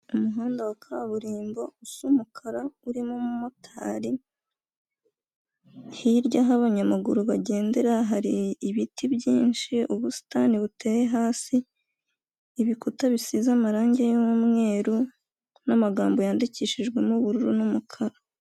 Umuhanda wa kaburimbo usa umukara urimo umumotari, hirya aho abanyamaguru bagendera hari ibiti byinshi, ubusitani buteye hasi, ibikuta bisize amarangi y'umweru n'amagambo yandikishijwemo ubururu n'umukara.